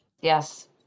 yes